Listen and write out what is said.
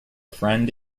friend